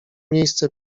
miejsce